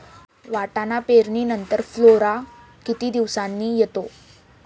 वाटाणा पेरणी नंतर फुलोरा किती दिवसांनी येतो?